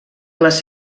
les